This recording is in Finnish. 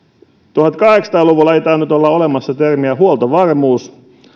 tuhatkahdeksansataa luvulla ei tainnut olla olemassa termiä huoltovarmuus